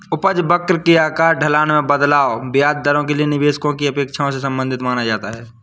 उपज वक्र के आकार, ढलान में बदलाव, ब्याज दरों के लिए निवेशकों की अपेक्षाओं से संबंधित माना जाता है